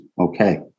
Okay